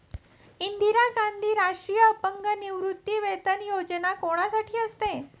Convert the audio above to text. इंदिरा गांधी राष्ट्रीय अपंग निवृत्तीवेतन योजना कोणासाठी असते?